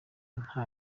nta